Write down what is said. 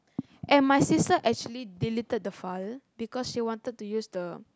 and my sister actually deleted the file because she wanted to use the